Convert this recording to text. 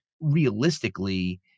realistically